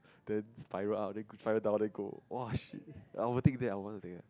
then spiral up then spiral down then go !wah! shit I would think that I would wanna take that